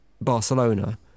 Barcelona